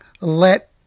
let